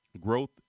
growth